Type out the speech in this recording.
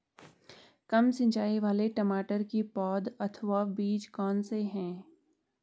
कम सिंचाई वाले टमाटर की पौध अथवा बीज कौन से हैं?